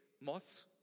moths